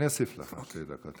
אני אוסיף לך שתי דקות.